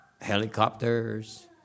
helicopters